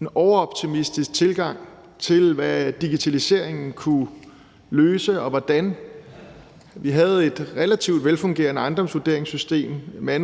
en overoptimistisk tilgang til, hvad digitalisering kunne løse, og på, hvordan vi havde et relativt velfungerende manuelt ejendomsvurderingssystem, som man